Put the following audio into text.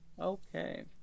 Okay